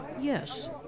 Yes